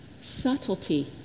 Subtlety